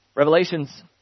Revelations